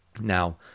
Now